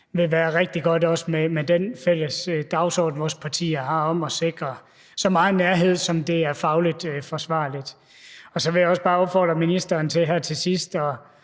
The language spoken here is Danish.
ville være rigtig godt, også med den fælles dagsorden, som vores partier har, om at sikre så meget nærhed, som det er fagligt forsvarligt. Så vil jeg bare her til sidst opfordre ministeren til at tage